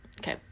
Okay